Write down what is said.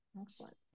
Excellent